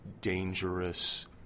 dangerous